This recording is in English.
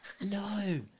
no